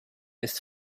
ist